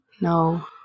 No